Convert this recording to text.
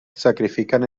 sacrifican